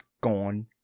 gone